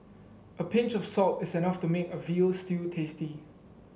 a pinch of salt is enough to make a veal stew tasty